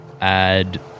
add